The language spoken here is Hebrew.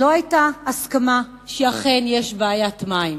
לא היתה הסכמה שאכן יש בעיית מים.